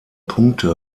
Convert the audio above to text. punkte